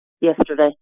Yesterday